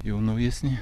jau naujesni